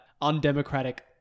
undemocratic